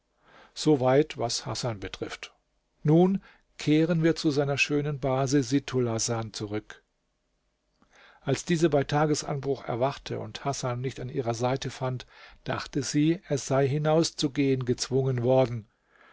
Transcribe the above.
weit was hasan betrifft nun kehren wir zu seiner schönen base sittulhasan zurück als diese bei tagesanbruch erwachte und hasan nicht an ihrer seite fand dachte sie er sei hinauszugehen gezwungen worden